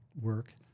work